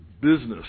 business